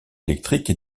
électrique